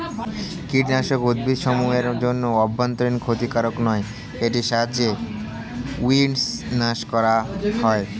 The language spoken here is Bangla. কীটনাশক উদ্ভিদসমূহ এর জন্য অভ্যন্তরীন ক্ষতিকারক নয় এটির সাহায্যে উইড্স নাস করা হয়